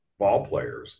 ballplayers